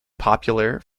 popular